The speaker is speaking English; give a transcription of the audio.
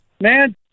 Man